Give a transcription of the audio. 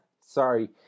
sorry